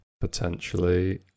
Potentially